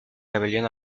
rebelión